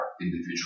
individual